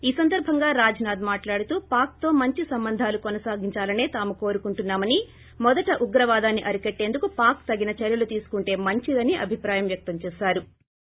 ఈ సందర్బంగా రాజ్నాథ్ మాట్లాడుతూ పాక్తో ే మంచి సంబంధాలు కొనసాగించాలసే తాము కోరుకుంటున్నామని మొదట ఉగ్రవాదాన్ని అరికట్టేందుకు పాక్ తగిన చర్యలు తీసుకుంటే మంచిదని అభిప్రాయం వ్వక్తం చేసారు